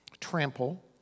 trample